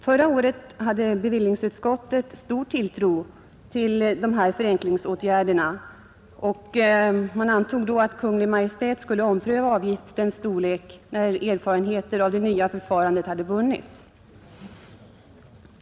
Förra året hade bevillningsutskottet stor tilltro till förenklingsåtgärderna, och man ansåg då att Kungl. Maj:t skulle ompröva avgiftens storlek när erfarenheter av det nya förfarandet hade vunnits.